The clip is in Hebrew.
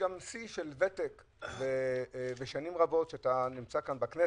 שיא של ותק ושנים רבות שאתה בכנסת.